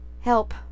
help